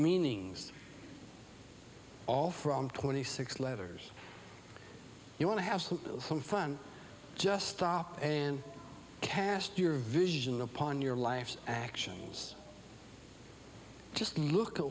meanings all from twenty six letters you want to have some fun just stop and cast your vision upon your life's actions just look at